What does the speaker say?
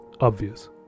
obvious